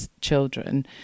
children